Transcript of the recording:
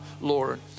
Lord